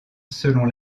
selon